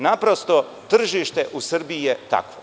Naprosto tržište u Srbiji je takvo.